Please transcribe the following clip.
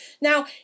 Now